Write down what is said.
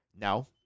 No